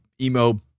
emo